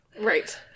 Right